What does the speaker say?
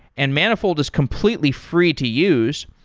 and manifold is completely free to use.